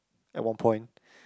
at one point